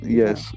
yes